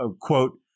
quote